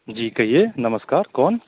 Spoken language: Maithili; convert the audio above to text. जी कहिए नमस्कार कौन